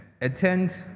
attend